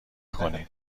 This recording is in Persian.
کنین